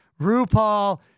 RuPaul